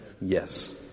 Yes